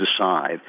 decide